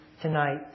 tonight